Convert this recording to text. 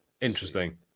Interesting